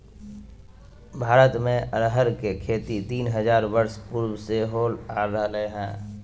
भारत में अरहर के खेती तीन हजार वर्ष पूर्व से होल आ रहले हइ